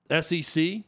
SEC